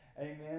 Amen